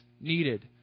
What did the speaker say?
needed